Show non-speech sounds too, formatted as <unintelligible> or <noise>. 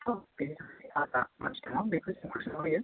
<unintelligible>